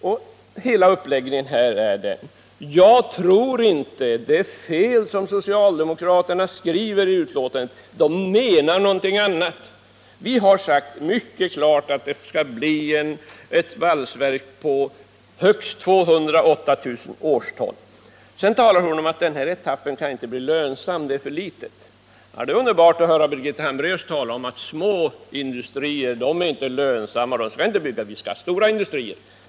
Hela hennes uppläggning är denna: ”Jag tror inte. ——— Det är fel som socialdemokraterna har skrivit i betänkandet. De menar någonting annat.” Vi har sagt mycket klart att det skall bli ett valsverk med högst 208 000 årstons kapacitet. Birgitta Hambraeus talar om att den första etappen inte kan bli lönsam. Det är för liten omfattning. Det är underbart att höra Birgitta Hambraeus tala om att små industrier inte är lönsamma. Sådana skall inte byggas. Vi skall ha stora industrier.